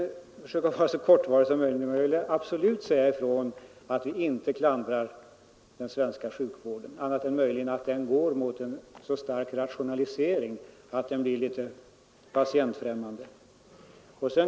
Jag skall försöka fatta mig så kort som möjligt, men jag vill absolut säga ifrån att vi inte klandrar den svenska sjukvården, annat än möjligen när det gäller att den tenderar till en så stark rationalisering att den blir litet patientfrämmande.